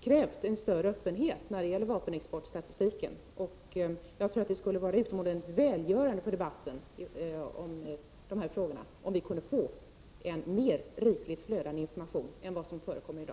krävt en större öppenhet när det gäller vapenexportstatistiken. Jag tror att det skulle vara utomordentligt välgörande för debatten kring dessa frågor om vi kunde få en mer rikligt flödande information än den som förekommer i dag.